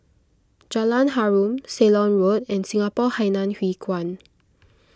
Jalan Harum Ceylon Road and Singapore Hainan Hwee Kuan